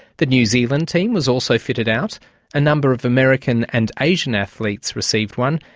the new zealand team was also fitted out a number of american and asian athletes received one,